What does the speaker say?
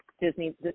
Disney